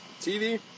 TV